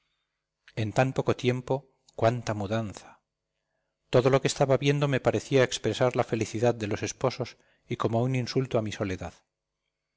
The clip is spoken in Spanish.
en tan poco tiempo cuánta mudanza todo lo que estaba viendo me parecía expresar la felicidad de los esposos y como un insulto a mi soledad